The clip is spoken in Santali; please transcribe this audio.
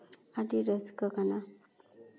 ᱟᱹᱰᱤ ᱨᱟᱹᱥᱠᱟᱹ ᱠᱟᱱᱟ